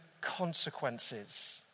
consequences